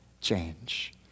change